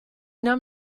nahm